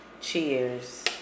Cheers